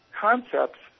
concepts